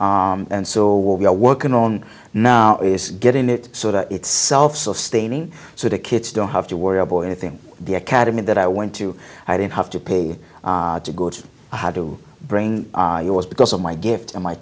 and so we're working on now is getting it so that it's self sustaining so the kids don't have to worry about anything the academy that i went to i didn't have to pay to go to i had to bring you was because of my gift and my